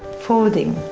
folding,